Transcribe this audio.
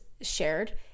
shared